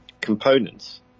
components